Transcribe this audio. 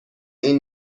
این